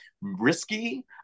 risky